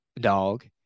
dog